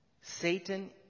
Satan